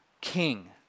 king